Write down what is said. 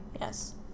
Yes